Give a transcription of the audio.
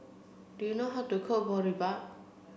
do you know how to cook Boribap